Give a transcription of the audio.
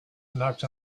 knocked